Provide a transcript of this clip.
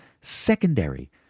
Secondary